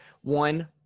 one